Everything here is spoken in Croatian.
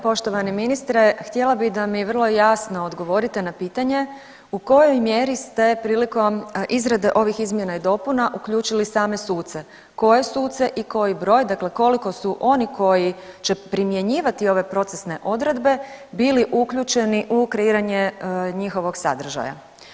Poštovani ministre, htjela bih da mi vrlo jasno odgovorite na pitanje u kojoj mjeri ste prilikom izrade ovih izmjena i dopuna uključili same suce, koje suce i koji broj dakle koliko su oni koji će primjenjivati ove procesne odredbe bili uključeni u kreiranje njihovog sadržaja?